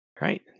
Right